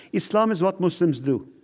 islam is what muslims do.